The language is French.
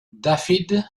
dafydd